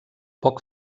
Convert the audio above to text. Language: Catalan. poc